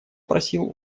просил